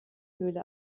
höhle